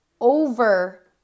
over